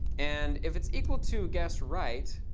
and if it's equal to guessed right,